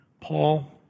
Paul